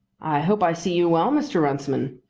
i hope i see you well, mr. runciman.